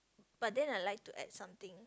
but then I like to add something